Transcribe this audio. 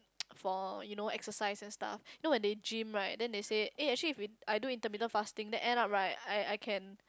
for you know exercise and stuff know when they gym right then they say eh actually if we I do intermittent fasting then end up right I I can